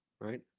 right